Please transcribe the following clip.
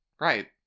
right